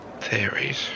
theories